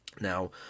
Now